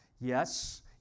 Yes